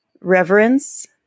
reverence